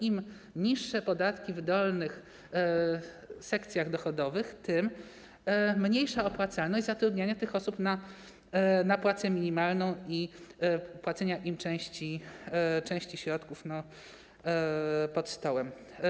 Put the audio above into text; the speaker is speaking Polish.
Im niższe podatki w wydolnych sekcjach dochodowych, tym mniejsza opłacalność zatrudniania tych osób za płacę minimalną i płacenia im części środków pod stołem.